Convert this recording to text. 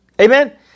Amen